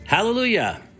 Hallelujah